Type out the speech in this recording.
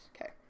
Okay